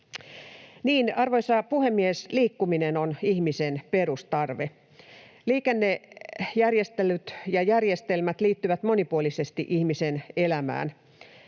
Arvoisa puhemies! Liikkuminen on ihmisen perustarve. Liikennejärjestelyt ja ‑järjestelmät liittyvät monipuolisesti ihmisen elämään.